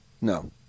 No